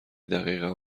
دقیق